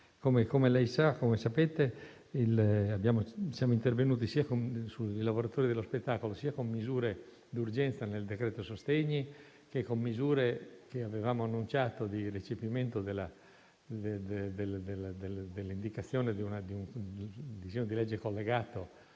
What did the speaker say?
Come sapete, siamo intervenuti sui lavoratori dello spettacolo sia con misure d'urgenza nel decreto-legge sostegni, sia con misure - che avevamo annunciato - di recepimento dell'indicazione di un disegno di legge collegato